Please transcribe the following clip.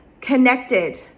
connected